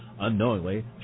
Unknowingly